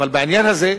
אבל בעניין הזה,